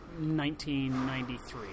1993